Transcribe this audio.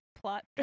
plot